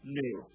new